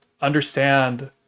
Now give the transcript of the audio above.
understand